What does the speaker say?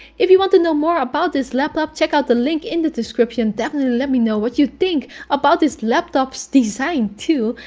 if you want to know more about this laptop, check out the link in the description. definitely let me know what you think about this laptop's design, too,